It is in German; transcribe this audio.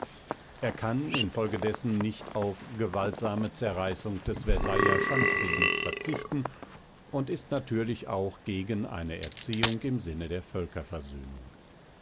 er kann infolgedessen nicht auf gewaltsame zerreißung des versailler schandfriedens verzichten und ist natürlich auch gegen eine erziehung im sinne der